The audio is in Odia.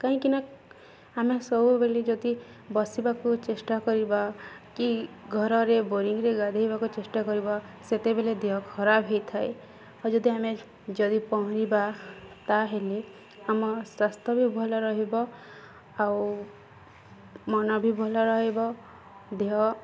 କାହିଁକିନା ଆମେ ସବୁବେଳେ ଯଦି ବସିବାକୁ ଚେଷ୍ଟା କରିବା କି ଘରରେ ବୋରିଂରେ ଗାଧୋଇବାକୁ ଚେଷ୍ଟା କରିବା ସେତେବେଳେ ଦେହ ଖରାପ ହୋଇଥାଏ ଆଉ ଯଦି ଆମେ ଯଦି ପହଁରିବା ତା'ହେଲେ ଆମ ସ୍ୱାସ୍ଥ୍ୟ ବି ଭଲ ରହିବ ଆଉ ମନ ବି ଭଲ ରହିବ ଦେହ